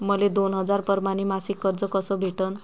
मले दोन हजार परमाने मासिक कर्ज कस भेटन?